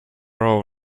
row